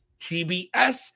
TBS